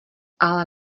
ale